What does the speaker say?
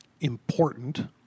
important